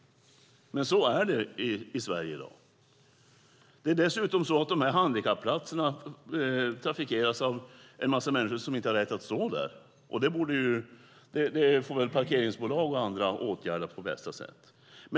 Men så är det i Sverige i dag. Dessutom upptas dessa parkeringsplatser ofta av människor som inte har rätt att stå där, men det får väl parkeringsbolag och andra åtgärda på bästa sätt.